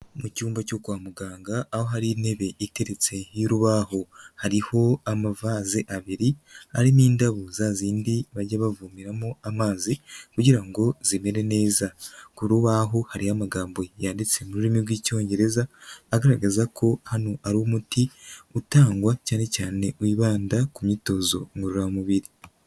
Mu cyumba cyo kwa muganga aho hari intebe iteretse y'urubaho. Hariho amavaze abiri arimo indabo za zindi bajya bavomeramo amazi kugira ngo zimere neza. Ku rubaho hariho amagambo yanditse mu rurimi rw'icyongereza agaragaza ko hano ari umuti utangwa, cyane cyane wibanda ku myitozo ngororamubiri.